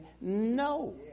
no